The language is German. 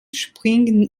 springen